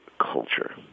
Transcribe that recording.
culture